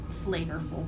flavorful